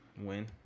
Win